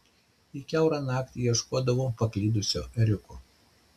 ji kiaurą naktį ieškodavo paklydusio ėriuko